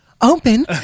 open